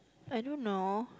I don't know